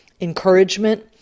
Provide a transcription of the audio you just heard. encouragement